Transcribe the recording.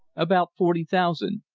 about forty thousand.